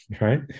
right